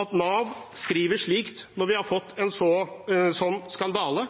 At Nav skriver slikt når vi har fått en slik skandale,